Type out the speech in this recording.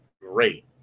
Great